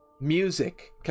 Music